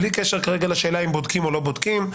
בלי קשר כרגע לשאלה האם בודקים או לא בודקים.